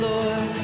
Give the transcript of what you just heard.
Lord